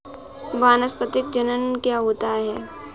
वानस्पतिक जनन क्या होता है?